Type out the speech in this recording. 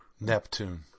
Neptune